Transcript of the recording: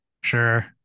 Sure